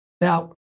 Now